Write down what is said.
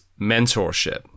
mentorship